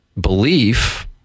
belief